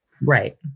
Right